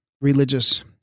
religious